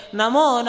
namo